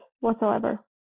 whatsoever